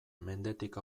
mendetik